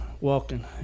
walking